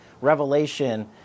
revelation